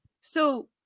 So-